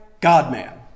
God-Man